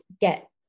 get